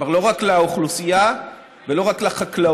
כלומר לא רק לאוכלוסייה ולא רק לחקלאות